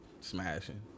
smashing